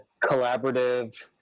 collaborative